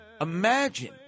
imagine